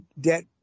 debt